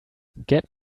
get